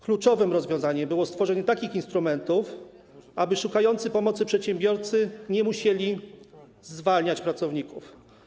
Kluczowym rozwiązaniem było stworzenie takich instrumentów, aby szukający pomocy przedsiębiorcy nie musieli zwalniać pracowników.